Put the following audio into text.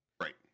Right